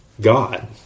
god